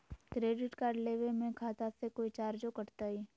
Credit card लेवे में खाता से कोई चार्जो कटतई?